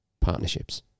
partnerships